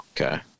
Okay